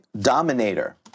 Dominator